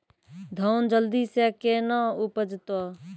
धान जल्दी से के ना उपज तो?